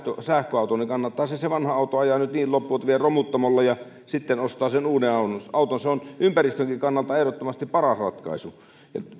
sähköauton niin kannattaa se se vanha auto ajaa nyt niin loppuun että vie romuttamolle ja sitten ostaa se uusi auto se on ympäristönkin kannalta ehdottomasti paras ratkaisu